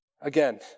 Again